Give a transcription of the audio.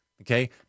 Okay